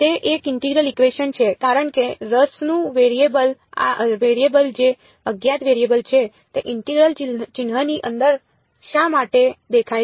તે એક integral equation છે કારણ કે રસનું વેરિયેબલ જે અજ્ઞાત વેરિયેબલ છે તે ઇન્ટિગરલ ચિહ્નની અંદર શા માટે દેખાય છે